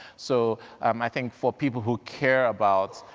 so um i think for people who care about,